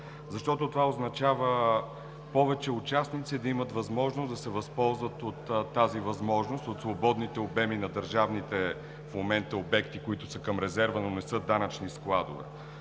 защото това означава повече участници да имат възможност да се възползват от тази възможност, от свободните обеми от държавните в момента обекти, които са към резерва, но не са данъчни складове.